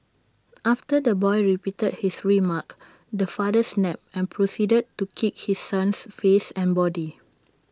after the boy repeated his remark the father snapped and proceeded to kick his son's face and body